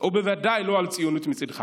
ובוודאי לא על ציונות מצידך.